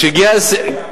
גם המליאה מצביעה סעיף-סעיף.